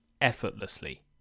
effortlessly